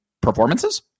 performances